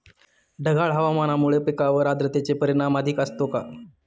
ढगाळ हवामानामुळे पिकांवर आर्द्रतेचे परिणाम अधिक असतो का?